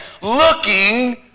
looking